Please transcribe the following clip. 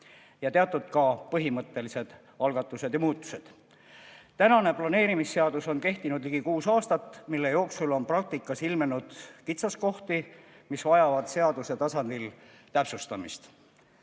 ka teatud põhimõttelised algatused ja muutused. Tänane planeerimisseadus on kehtinud ligi kuus aastat, mille jooksul on praktikas ilmnenud kitsaskohti, mis vajavad seaduse tasandil täpsustamist.